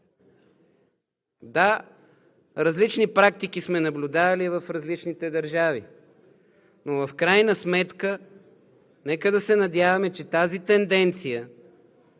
Да, различни практики сме наблюдавали в различните държави, но в крайна сметка нека да се надяваме, че тази тенденция